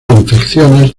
infecciones